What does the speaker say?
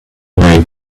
way